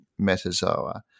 Metazoa